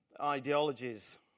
ideologies